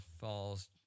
falls